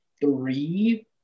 three